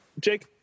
Jake